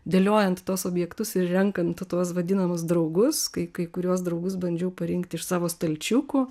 dėliojant tuos objektus ir renkant tuos vadinamus draugus kai kai kuriuos draugus bandžiau parinkti iš savo stalčiukų